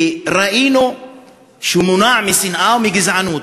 וראינו שהוא מונע משנאה ומגזענות.